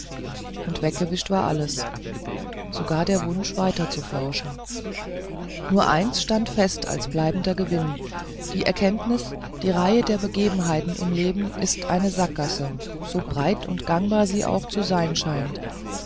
und weggewischt war alles sogar der wunsch weiter zu forschen nur eins stand fest als bleibender gewinn die erkenntnis die reihe der begebenheiten im leben ist eine sackgasse so breit und gangbar sie auch zu sein scheint